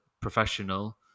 professional